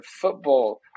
football